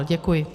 Děkuji.